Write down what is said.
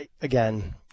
again